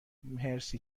مرسی